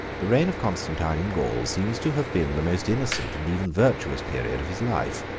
the reign of constantine in gaul seems to have been the most innocent and even virtuous period of his life.